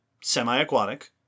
semi-aquatic